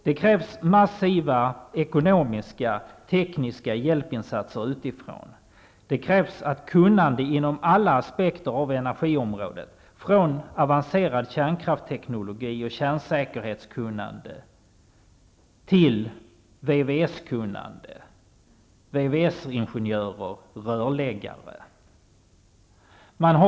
Det krävs massiva ekonomiska, tekniska hjälpinsatser utifrån. Det krävs kunnande inom alla aspekter av energiområdet, från avancerad kärnkraftsteknologi och kärnsäkerhetskunnande till VVS-kunnande hos VVS-ingenjörer och rörläggare.